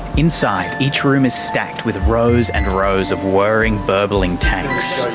inside, each room is stacked with rows and rows of whirring, burbling tanks.